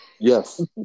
yes